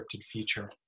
feature